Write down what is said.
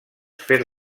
fer